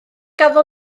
ganddo